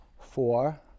four